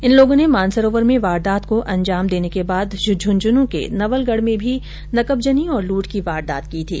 इन लोगों ने मानसरोवर में वारदात को अंजाम देने के बाद झुंझुनू के नवलगढ़ में भी नकबजनी और लूट की वारदात की थी